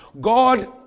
God